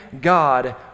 God